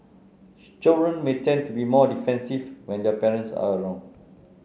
children may tend to be more defensive when their parents are around